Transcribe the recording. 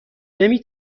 نمی